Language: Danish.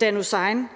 Dan Uzan